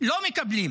לא מקבלים,